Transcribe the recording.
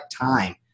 time